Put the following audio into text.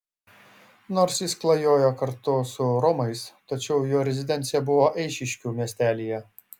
nors jis klajojo kartu su romais tačiau jo rezidencija buvo eišiškių miestelyje